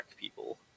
people